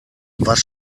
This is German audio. was